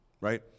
right